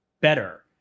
better